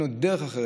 שאין לו דרך אחרת,